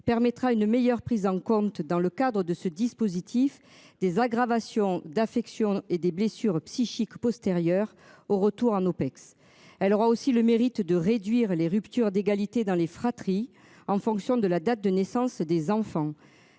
Permettra une meilleure prise en compte dans le cadre de ce dispositif des aggravation d'affection et des blessures psychiques postérieur au retour en OPEX. Elle aura aussi le mérite de réduire les ruptures d'égalité dans les fratries en fonction de la date de naissance des enfants.